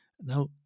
Now